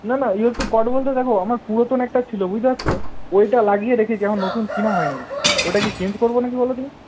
না না U S B cord বলতে দেখো আমার পুরাতন একটা ছিলো বুঝতে পারছ ওইটা লাগিয়ে রেখেছি এখন নতুন কেনা হয় নি ওটা কি চেঞ্জ করবো না কি বলো দিকিনি